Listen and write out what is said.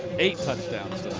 eight touchdowns